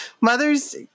mothers